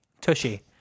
Tushy